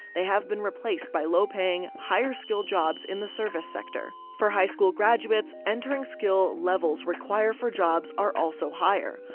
they have been replaced by low-paying, higher-skill jobs in the service sector. for high school graduates, entering-skill levels required for jobs are also higher.